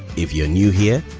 if you're new here,